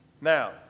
Now